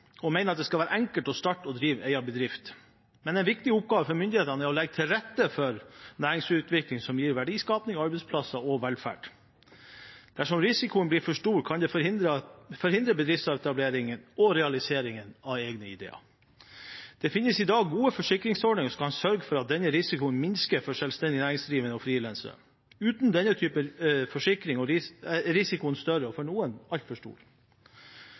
og mener at det skal være enkelt å starte og drive egen bedrift. Men en viktig oppgave for myndighetene er å legge til rette for næringsutvikling som gir verdiskaping, arbeidsplasser og velferd. Dersom risikoen blir for stor, kan det forhindre bedriftsetableringen og realiseringen av egne ideer. Det finnes i dag gode forsikringsordninger som kan sørge for at man minsker denne risikoen for selvstendig næringsdrivende og frilansere. Uten denne type forsikring er risikoen større, og for noen altfor stor.